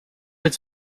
its